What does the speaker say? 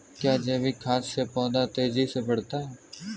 क्या जैविक खाद से पौधा तेजी से बढ़ता है?